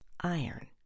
iron